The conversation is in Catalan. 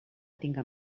tinga